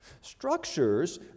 Structures